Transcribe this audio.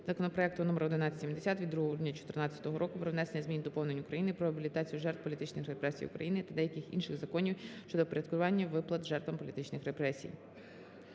законопроекту номер 1170 від 2 грудня 2014 року "Про внесення змін і доповнень… України "Про реабілітацію жертв політичних репресій на Україні" та деяких інших законів України щодо впорядкування виплат жертвам політичних репресій".